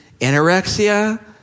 anorexia